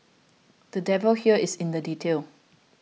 the devil here is in the detail